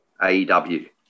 AEW